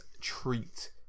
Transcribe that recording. treat